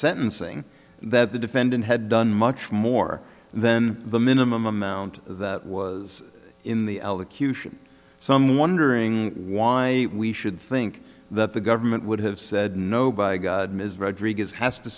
sentencing that the defendant had done much more then the minimum amount that was in the elocution some wondering why we should think that the government would have said no by god ms rodriguez has to